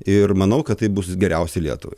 ir manau kad taip bus geriausia lietuvai